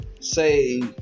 say